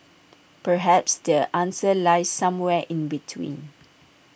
perhaps the answer lies somewhere in between